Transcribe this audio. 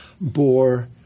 bore